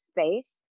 space